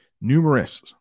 Numerous